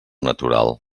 natural